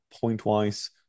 point-wise